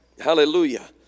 hallelujah